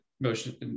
motion